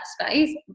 space